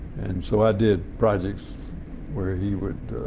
and so i did projects where he would